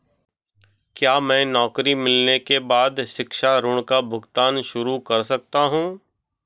क्या मैं नौकरी मिलने के बाद शिक्षा ऋण का भुगतान शुरू कर सकता हूँ?